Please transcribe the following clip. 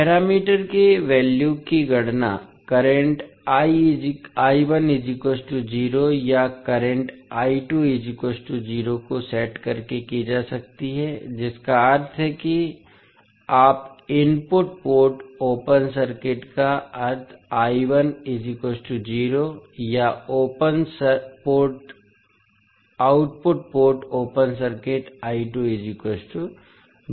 parameter के value की गणना करंट या करंट को सेट करके की जा सकती है जिसका अर्थ है कि आप इनपुट पोर्ट ओपन सर्किट का अर्थ या आउटपुट पोर्ट ओपन सर्किट करेंगे